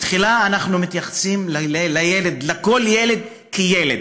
תחילה אנחנו מתייחסים לכל ילד כאל ילד,